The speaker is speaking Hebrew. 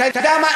אתה יודע מה,